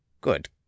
Good